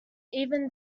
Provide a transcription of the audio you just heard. even